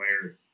player